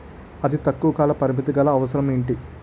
అతి తక్కువ కాల పరిమితి గల అవసరం ఏంటి